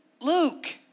Luke